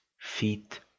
feet